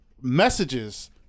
messages